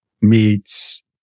meets